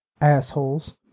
assholes